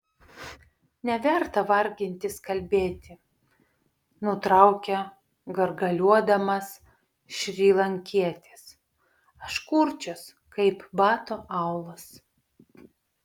neverta vargintis kalbėti nutraukė gargaliuodamas šrilankietis aš kurčias kaip bato aulas